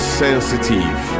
sensitive